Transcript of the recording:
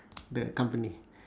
the company